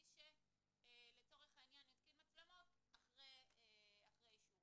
התיקונים העקיפים